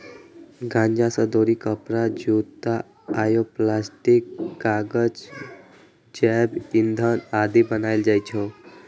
गांजा सं डोरी, कपड़ा, जूता, बायोप्लास्टिक, कागज, जैव ईंधन आदि बनाएल जाइ छै